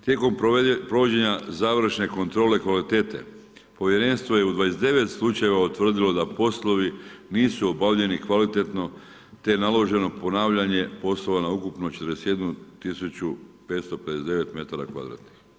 Tijekom provođenja završne kontrole kvalitete povjerenstvo je u 29 slučajeva utvrdilo da poslovi nisu obavljeni kvalitetno te je naloženo ponavljanje poslova na ukupno 41 559 metara kvadratnih.